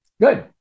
good